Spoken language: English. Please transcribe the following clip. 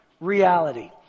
reality